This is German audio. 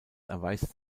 erweist